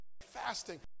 Fasting